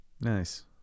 Nice